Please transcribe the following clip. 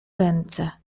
ręce